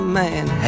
man